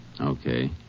Okay